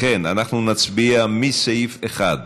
לכן אנחנו נצביע מסעיף 1